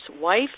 wife